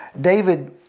David